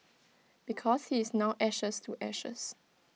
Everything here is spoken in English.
because he is now ashes to ashes